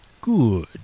Good